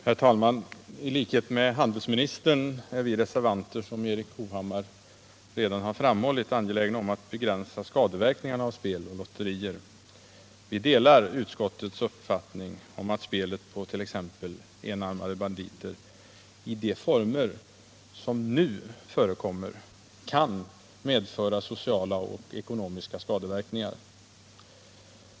Herr talman! I likhet med handelsministern är vi reservanter, som Erik Hovhammar redan har framhållit, angelägna om att begränsa skadeverkningarna av spel och lotterier. Vi delar utskottets uppfattning att spelet på t.ex. enarmade banditer i de former som nu förekommer kan medföra sociala och ekonomiska skadeverkningar.